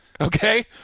okay